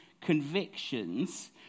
convictions